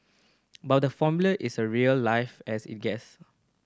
but the Formula is a real life as it gets